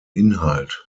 inhalt